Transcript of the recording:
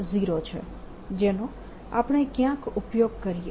J0 છે જેનો આપણે ક્યાંક ઉપયોગ કરીએ